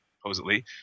supposedly